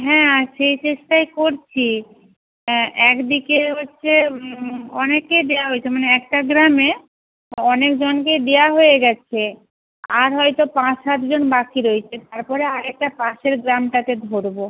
হ্যাঁ সেই চেষ্টাই করছি এক দিকে হচ্ছে অনেককেই দেয়া হয়েছে মানে একটা গ্রামে অনেকজনকেই দেওয়া হয়ে গেছে আর হয়তো পাঁচ সাতজন বাকি রয়েছে তারপরে আরেকটা পাশের গ্রামটাকে ধরবো